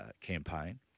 campaign